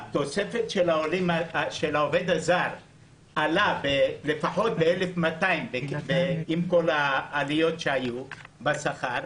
התוספת של העובד הזר עלה ב-1,200 לפחות עם כל העליות שהיו בשכר,